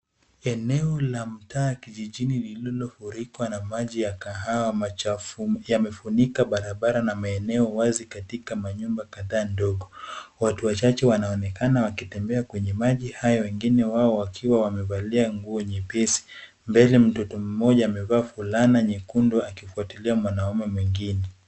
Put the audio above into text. Eneo la mtaa kijijini lililofurikwa na maji ya kahawa machafu. Yamefunika barabara na maeneo wazi katika manyumba kadhaa ndogo. Watu wachache wanaonekana wakitembea kwenye maji hayo, wengine wao wakiwa wamevalia nguo nyepesi. Mbele mtoto mmoja amevaa fulana nyekundu akifuatilia mwanaume mwengine.